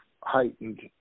heightened